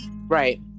Right